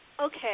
okay